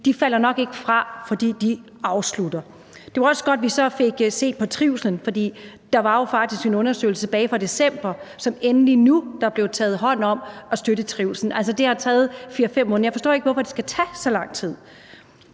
de falder nok ikke fra, for de afslutter. Det var også godt, at vi så fik set på trivslen, for der var jo faktisk en undersøgelse tilbage fra december, så nu er der endelig blevet taget hånd om at støtte trivslen. Altså, det har taget 4-5 måneder. Jeg forstår ikke, hvorfor det skal tage så lang tid.